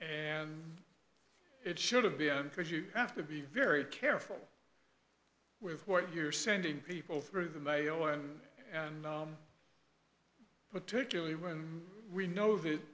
and it should have been because you have to be very careful with what you're sending people through the mail and and particularly when we know that